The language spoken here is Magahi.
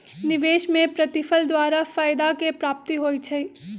निवेश में प्रतिफल द्वारा फयदा के प्राप्ति होइ छइ